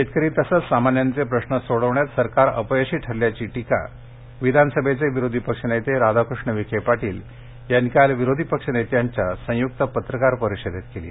शेतकरी तसंच सामन्यांचे प्रश्न सोडवण्यात सरकार अपयशी ठरल्याची टीका विधान सभेचे विरोधी पक्षनेते राधाकृष्ण विखे पाटील यांनी काल विरोधी पक्षनेत्यांच्या संयुक्त पत्रकार परिषदेत केली